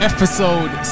Episode